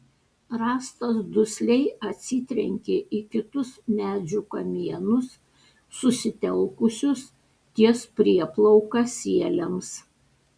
rąstas dusliai atsitrenkė į kitus medžių kamienus susitelkusius ties prieplauka sieliams